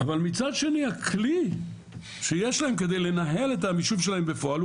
אבל מצד שני הכלי שיש להם כדי לנהל את היישוב שלהם בפועל,